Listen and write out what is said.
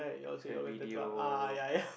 these have video